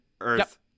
earth